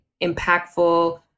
impactful